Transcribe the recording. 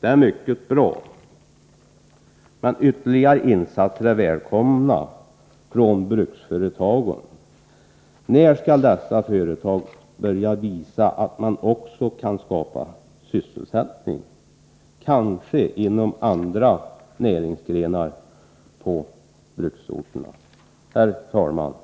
Det är mycket bra, men ytterligare insatser från bruksföretagen är välkomna. När skall dessa företag börja visa att också de kan skapa sysselsättning, kanske inom andra näringsgrenar på bruksorterna? Herr talman!